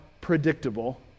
predictable